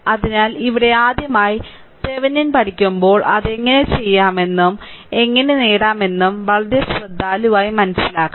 അതിനാൽ ഇവിടെ ആദ്യമായി തെവെനിൻ പഠിക്കുന്നവർ അത് എങ്ങനെ ചെയ്യാമെന്നും എങ്ങനെ നേടാമെന്നും വളരെ ശ്രദ്ധാലുവായി മാനസിലാക്കണം